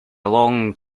long